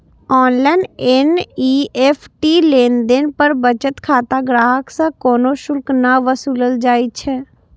online NEFT लेनदेन पर बचत खाता ग्राहक सं कोनो शुल्क नै वसूलल जाइ छै